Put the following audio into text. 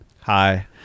Hi